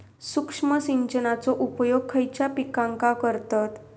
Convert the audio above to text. सूक्ष्म सिंचनाचो उपयोग खयच्या पिकांका करतत?